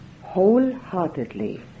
wholeheartedly